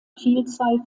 vielzahl